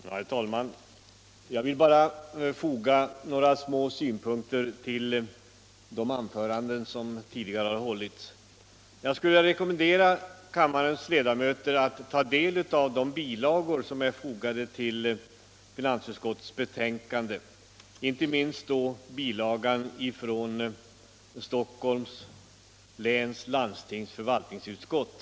Herr talman! Jag vill bara foga några få synpunkter till de anföranden som tidigare har hållits. Jag rekommenderar kammarens ledamöter att ta del av de bilagor som är fogade till finansutskottets betänkande, inte minst bilagan från Stockholms läns landstings förvaltningsutskott.